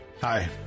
Hi